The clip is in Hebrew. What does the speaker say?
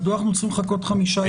מדוע אנחנו צריכים לחכות חמישה ימים,